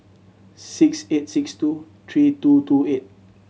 six eight six two three two two eight